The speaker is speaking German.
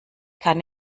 kann